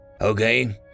Okay